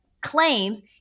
claims